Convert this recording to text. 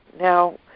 Now